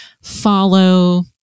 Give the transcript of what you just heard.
follow